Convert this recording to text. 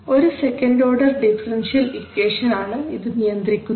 ഒരു second order differential equation ആണ് ഇത് നിയന്ത്രിക്കുന്നത്